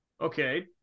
Okay